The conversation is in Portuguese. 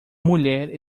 mulher